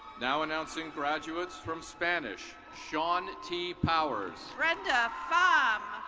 no announcing graduates from spanish. shawn t. powers. brenda farm.